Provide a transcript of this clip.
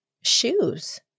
shoes